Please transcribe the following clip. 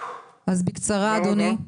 אז בקצרה אדוני.